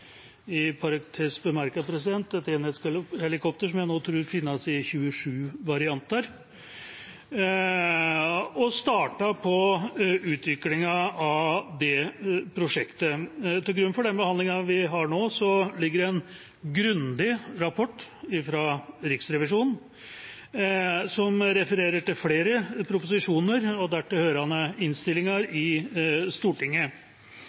i parentes bemerket, et enhetshelikopter som jeg tror nå finnes i 27 varianter – og startet på utviklingen av det prosjektet. Til grunn for den behandlingen vi har nå, ligger en grundig rapport fra Riksrevisjonen som refererer til flere proposisjoner og dertil hørende innstillinger i Stortinget.